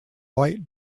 white